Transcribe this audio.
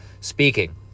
speaking